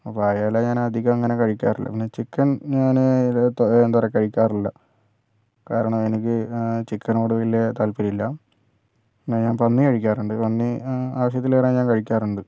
അപ്പോൾ അയല ഞാൻ അധികം അങ്ങനെ കഴിക്കാറില്ല പിന്നെ ചിക്കൻ ഞാന് ലേറ്റാ എന്താ പറയുക കഴിക്കാറില്ല കാരണം എനിക്ക് ചിക്കനോട് വലിയ താൽപര്യം ഇല്ല പിന്നെ ഞാൻ പന്നി കഴിക്കാറുണ്ട് പന്നി ആവശ്യത്തിലേറെ ഞാൻ കഴിക്കാറുണ്ട്